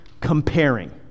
comparing